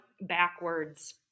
backwards